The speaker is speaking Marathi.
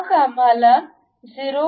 मग आम्हाला 0